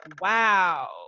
wow